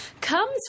comes